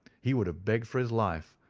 he would have begged for his life,